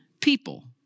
people